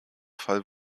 fall